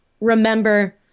remember